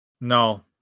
No